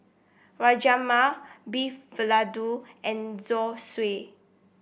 Rajma Beef Vindaloo and Zosui